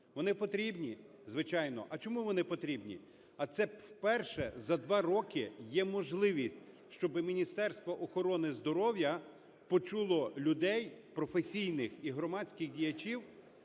Вони потрібні? Звичайно. А чому вони потрібні? А це вперше за два роки є можливість, щоб Міністерство охорони здоров'я почуло людей професійних і громадських діячів